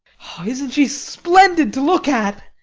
isn't she splendid to look at?